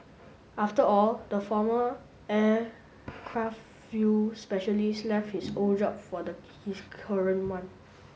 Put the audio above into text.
after all the former aircraft fuel specialist left his old job for the his current one